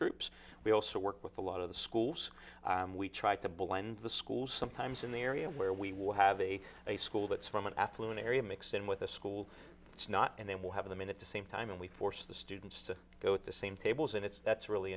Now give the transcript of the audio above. groups we also work with a lot of the schools and we try to blend the schools sometimes in the area where we will have a school that's from an affluent area mixed in with a school it's not and then we'll have a minute the same time and we force the students to go at the same tables and it's that's really